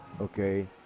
okay